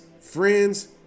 friends